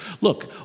Look